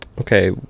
okay